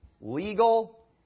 legal